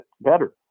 better